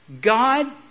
God